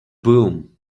broom